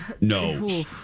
no